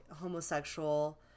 homosexual